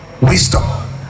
Wisdom